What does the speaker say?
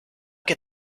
get